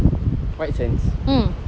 white sands